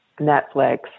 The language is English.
Netflix